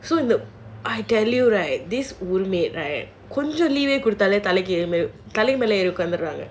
so in the I tell you right this roommate right கொஞ்சம் கொடுத்தாலும் தலைக்கு மேலே ஏறி உட்கார்ந்துடுவாங்க:konjam koduthaalum thalaiku mela yeri utkarnthuduvaanga